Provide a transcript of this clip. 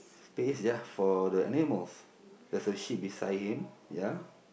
space ya for the animals there's a sheep beside him ya